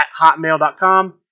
hotmail.com